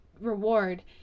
reward